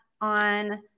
on